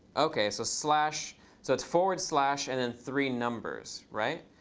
ok. so slash so it's forward slash, and then three numbers, right?